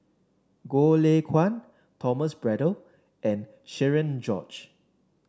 Goh Lay Kuan Thomas Braddell and Cherian George